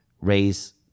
raise